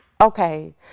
Okay